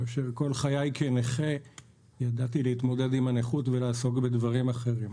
כאשר כל חיי כנכה ידעתי להתמודד עם הנכות ולעסוק גם בדברים אחרים.